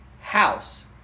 house